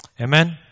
Amen